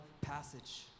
passage